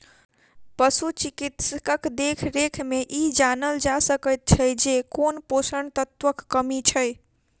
पशु चिकित्सकक देखरेख मे ई जानल जा सकैत छै जे कोन पोषण तत्वक कमी छै